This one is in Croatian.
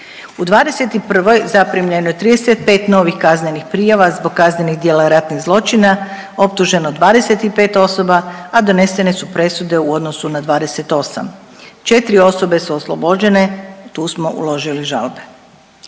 U '21. zaprimljeno je 35 novih kaznenih prijava zbog kaznenih djela ratnih zločina, optuženo 25 osoba, a donesene su presude u odnosu na 28. 4 osobe su oslobođene, tu smo uložili žalbe.